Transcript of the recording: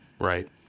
Right